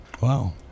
Wow